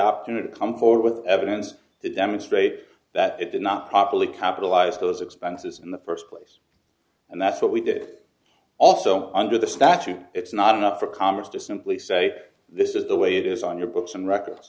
opportunity to come forward with evidence to demonstrate that it did not properly capitalize those expenses in the first place and that's what we did also under the statute it's not enough for congress to simply say this is the way it is on your books and records